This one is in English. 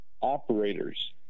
operators